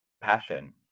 passion